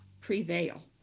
prevail